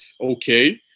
okay